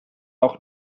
auch